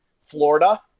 Florida